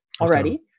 already